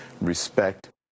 respect